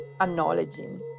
acknowledging